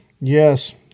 yes